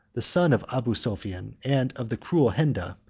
the son of abu sophian, and of the cruel henda,